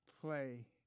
play